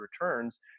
returns